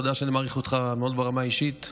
אתה יודע שאני מעריך אותך מאוד ברמה האישית,